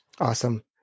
Awesome